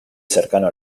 cercano